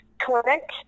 clinic